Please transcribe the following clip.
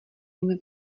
jim